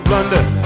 London